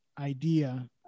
idea